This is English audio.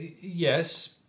Yes